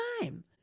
time